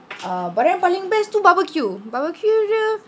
uh but then paling best tu barbecue barbecue dia